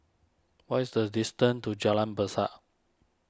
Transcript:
what is the distance to Jalan Besar